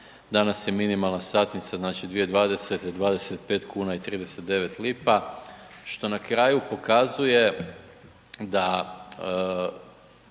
danas je minimalna satnica 2020. 25,39 lipa što na kraju pokazuje da